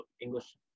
English